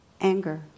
anger